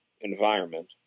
environment